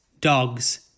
dogs